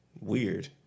Weird